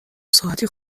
ساعتی